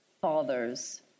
father's